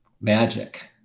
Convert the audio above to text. magic